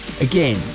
again